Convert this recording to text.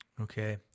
Okay